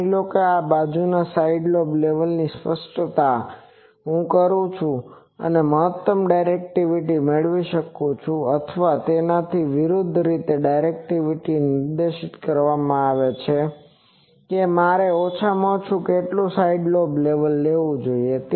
માની લો કે હું બાજુના લોબ લેવલ ને સ્પષ્ટ કરું છું કે હું કઈ મહત્તમ ડિરેક્ટિવિટી મેળવી શકું છું અથવા તેનાથી વિરુદ્ધ રીતે જો ડિરેક્ટિવિટી ને નિર્દિષ્ટ કરવામાં આવે છે કે મારે ઓછામાં ઓછું કેટલુ સાઈડ લૉબ લેવલ લેવું જોઈએ